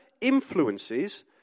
influences